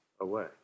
away